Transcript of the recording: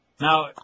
Now